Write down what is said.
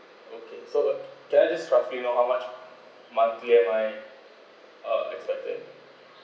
okay so uh can I just roughly know how much monthly am I uh expected